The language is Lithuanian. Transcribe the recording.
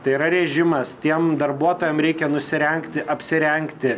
tai yra režimas tiem darbuotojam reikia nusirengti apsirengti